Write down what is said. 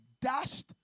dashed